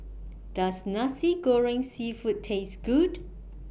Does Nasi Goreng Seafood Taste Good